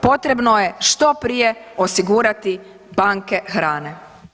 Potrebno je što prije osigurati banke hrane.